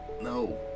no